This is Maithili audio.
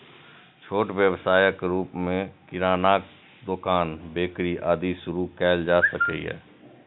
छोट व्यवसायक रूप मे किरानाक दोकान, बेकरी, आदि शुरू कैल जा सकैए